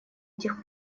этих